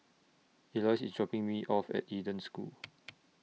Elois IS dropping Me off At Eden School